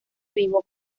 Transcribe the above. vivo